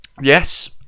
yes